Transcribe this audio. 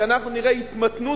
שאנחנו נראה התמתנות,